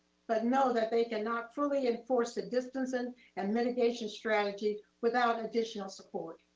but know that they can not fully enforce the distancing and mitigation strategy without additional support.